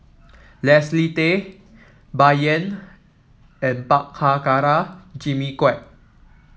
Leslie Tay Bai Yan and Prabhakara Jimmy Quek